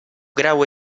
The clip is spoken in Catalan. grau